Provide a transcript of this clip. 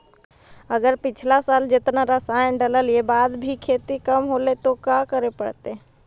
अगर पिछला साल जेतना रासायन डालेला बाद भी खेती कम होलइ तो का करे पड़तई?